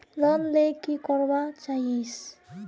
Loan ले की करवा चाहीस?